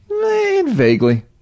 Vaguely